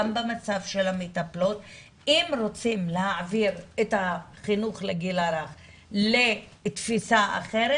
גם במצב של המטפלות אם רוצים להעביר את החינוך לגיל הרך לתפיסה אחרת,